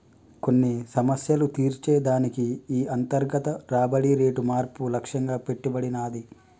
కొన్ని సమస్యలు తీర్చే దానికి ఈ అంతర్గత రాబడి రేటు మార్పు లక్ష్యంగా పెట్టబడినాది